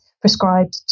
prescribed